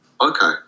Okay